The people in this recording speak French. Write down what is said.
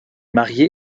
marié